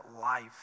life